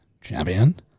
Champion